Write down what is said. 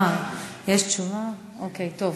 יש תשובה, אוקיי.